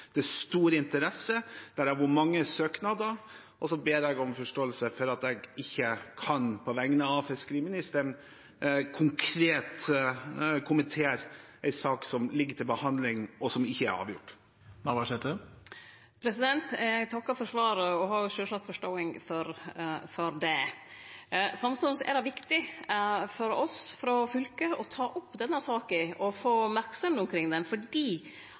Det er stor interesse, det har vært mange søknader. Og så ber jeg om forståelse for at jeg ikke, på vegne av fiskeriministeren, konkret kan kommentere en sak som ligger til behandling, og som ikke er avgjort. Eg takkar for svaret og har sjølvsagt forståing for det. Samstundes er det viktig for oss frå fylket å ta opp denne saka og få